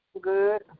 good